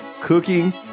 cooking